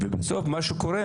ובסוף מה שקורה